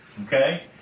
Okay